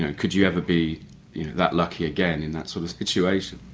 and could you ever be that lucky again in that sort of situation.